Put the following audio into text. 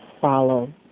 follow